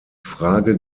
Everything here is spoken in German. frage